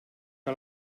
que